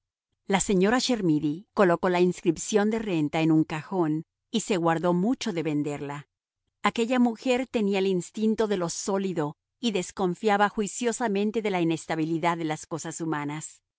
la señora chermidy colocó la inscripción de renta en un cajón y se guardó mucho de venderla aquella mujer tenía el instinto de lo sólido y desconfiaba juiciosamente de la inestabilidad de las cosas humanas